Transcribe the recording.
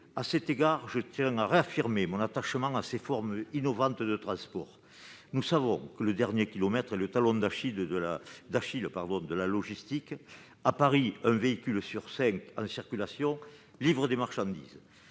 Je tiens toutefois à réaffirmer mon attachement à ces modes de transport innovants. Nous savons que le dernier kilomètre est le talon d'Achille de la logistique. À Paris, un véhicule sur cinq en circulation livre des marchandises.